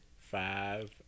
Five